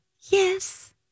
Yes